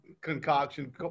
concoction